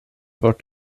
vart